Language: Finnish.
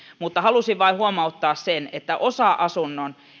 mutta halusin vain huomauttaa että osa asunnon